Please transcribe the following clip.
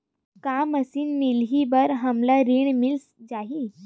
का मशीन मिलही बर हमला ऋण मिल जाही?